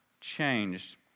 changed